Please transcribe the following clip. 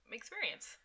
experience